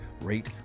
rate